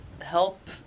help